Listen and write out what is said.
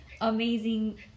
amazing